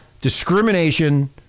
discrimination